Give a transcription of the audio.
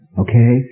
okay